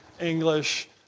English